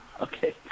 Okay